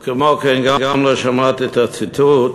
וכמו כן גם לא שמעתי את הציטוט